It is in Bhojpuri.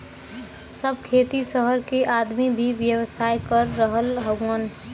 सब खेती सहर के आदमी भी व्यवसाय कर रहल हउवन